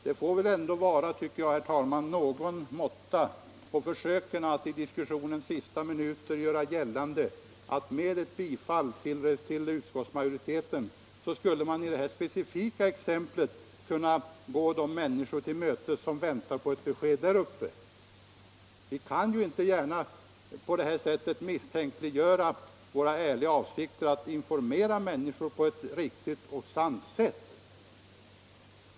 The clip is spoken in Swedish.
Det får väl ändå vara någon måtta på försöken att i diskussionens sista minuter göra gällande, att med ett bifall till utskottsmajoritetens förslag skulle man i detta specifika exempel kunna gå de människor till mötes som väntar på ett besked där uppe: Vi kan ju inte på detta sätt handla mot våra ärliga avsikter att informera människor på ett riktigt och sant sätt!